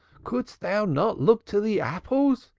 couldst thou not look to the apples?